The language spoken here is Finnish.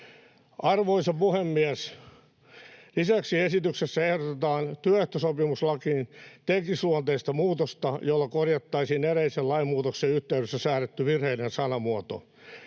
Arvoisa puhemies! Lisäksi esityksessä ehdotetaan työehtosopimuslakiin teknisluonteista muutosta, jolla korjattaisiin edellisen lainmuutoksen yhteydessä säädetty virheellinen sanamuoto.